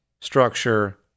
structure